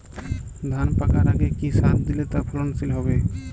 ধান পাকার আগে কি সার দিলে তা ফলনশীল হবে?